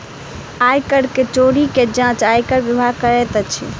आय कर के चोरी के जांच आयकर विभाग करैत अछि